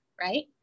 right